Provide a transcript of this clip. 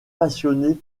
passionné